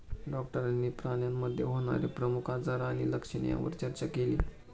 डॉक्टरांनी प्राण्यांमध्ये होणारे प्रमुख आजार आणि लक्षणे यावर चर्चा केली